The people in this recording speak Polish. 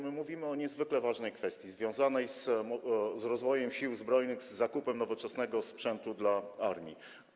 Mówimy o niezwykle ważnej kwestii związanej z rozwojem Sił Zbrojnych, z zakupem nowoczesnego sprzętu dla armii.